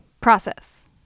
process